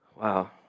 Wow